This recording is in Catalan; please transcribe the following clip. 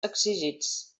exigits